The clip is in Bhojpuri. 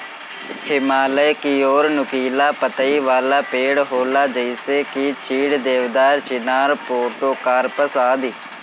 हिमालय की ओर नुकीला पतइ वाला पेड़ होला जइसे की चीड़, देवदार, चिनार, पोड़ोकार्पस आदि